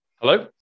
Hello